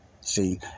See